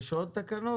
יש עוד תקנות?